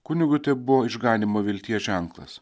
kunigui tai buvo išganymo vilties ženklas